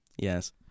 yes